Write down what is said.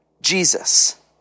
Jesus